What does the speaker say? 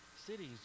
cities